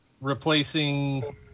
replacing